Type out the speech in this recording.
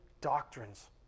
doctrines